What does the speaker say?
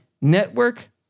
network